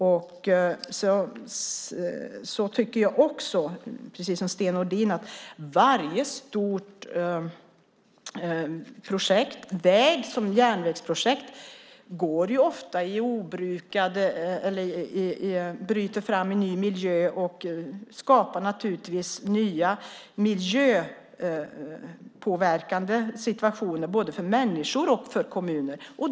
Sedan är det precis som Sten Nordin sade att varje stort projekt, såväl väg som järnvägsprojekt, som bryter fram genom en ny miljö naturligtvis skapar nya miljöpåverkande situationer för både människor och kommuner.